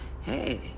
Hey